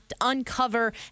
uncover